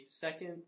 second